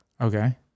Okay